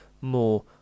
more